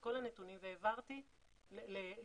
את כל הנתונים והעברתי לרוה"מ.